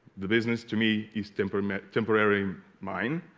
the business to me is temperament temporary mine